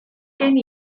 gen